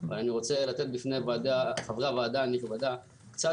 ואני רוצה לשים בפני חברי הוועדה הנכבדה קצת